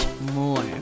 more